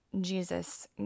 Jesus